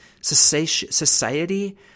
society